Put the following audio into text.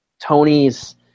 Tony's